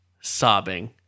sobbing